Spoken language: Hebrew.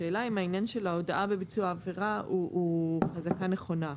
השאלה אם העניין של ההודאה בביצוע עבירה הוא חזקה נכונה.